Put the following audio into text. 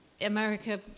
America